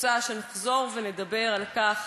רוצה שנחזור ונדבר על כך